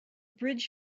bridge